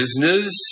business